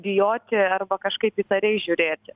bijoti arba kažkaip įtariai žiūrėti